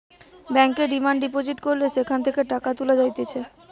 ব্যাংকে demand deposit করলে সেখান থেকে টাকা তুলা যাইতেছে